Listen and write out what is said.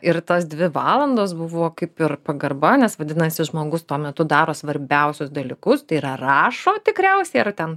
ir tos dvi valandos buvo kaip ir pagarba nes vadinasi žmogus tuo metu daro svarbiausius dalykus tai yra rašo tikriausiai ar ten